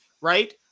right